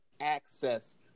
access